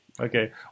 okay